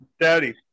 Daddy